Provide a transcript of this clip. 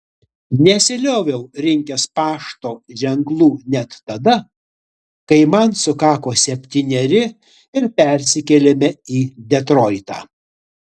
nesilioviau rinkęs pašto ženklų net tada kai man sukako septyneri ir persikėlėme į detroitą